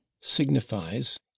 signifies